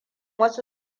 wasu